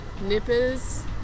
nippers